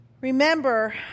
remember